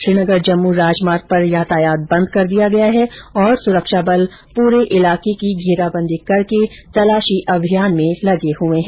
श्रीनगर जम्मू राजमार्ग पर यातायात बंद कर दिया गया है और सुरक्षा बल पूरे इलाके की घेराबंदी करके तलाशी अभियान में लगे हैं